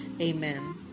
Amen